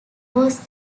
was